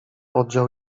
oddział